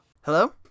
hello